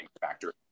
factor